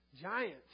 Giants